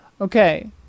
Okay